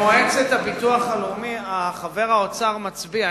תקשיבי, במועצת הביטוח הלאומי חבר האוצר מצביע.